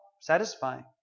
satisfying